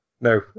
No